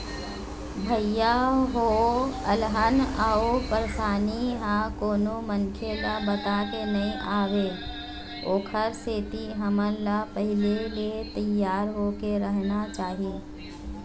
भइया हो अलहन अउ परसानी ह कोनो मनखे ल बताके नइ आवय ओखर सेती हमन ल पहिली ले तियार होके रहना चाही